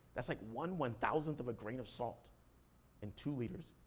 that's like one one-thousandth of a grain of salt in two liters,